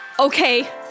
Okay